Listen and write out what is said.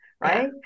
right